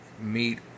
meet